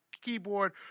keyboard